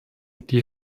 die